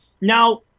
Now